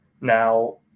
Now